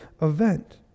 event